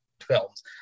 films